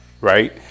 right